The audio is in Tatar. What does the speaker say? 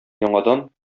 яңадан